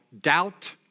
doubt